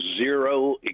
Zero